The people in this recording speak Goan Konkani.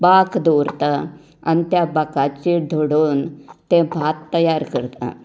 बांक दवरता आनी त्या बांकाचेर धडोवन तें भात तयार करता